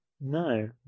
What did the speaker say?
No